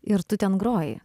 ir tu ten groji